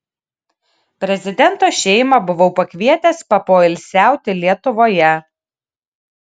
prezidento šeimą buvau pakvietęs papoilsiauti lietuvoje